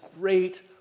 great